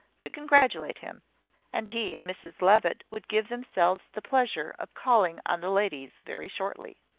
to congratulate him and he and mrs levitt would give themselves the pleasure of calling on the ladies, very shortly.